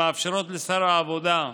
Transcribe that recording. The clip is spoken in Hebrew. המאפשרות לשר העבודה,